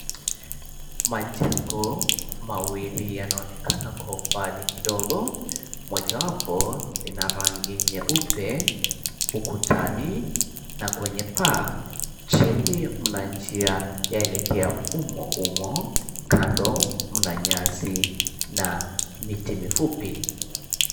Majengo mawili yanaonekana kwa umbali kidogo. Mojawapo ina rangi nyeupe ukutani na kwenye paa. Chini mna njia, yaelekea umo umo. Kando mna nyasi na miti mifupi.